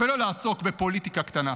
ולא לעסוק בפוליטיקה קטנה.